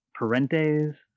Parente's